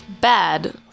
bad